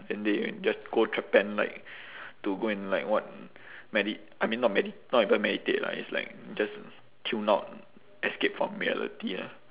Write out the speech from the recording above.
then they just go japan like to go and like what medi~ I mean not medi~ not even meditate lah it's like just tune out escape from reality lah